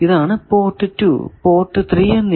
ഇതാണ് port 2 port 3 എന്നിവ